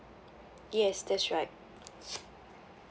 yes that's right